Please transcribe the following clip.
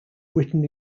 written